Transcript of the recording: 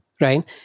Right